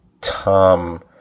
Tom